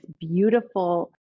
beautiful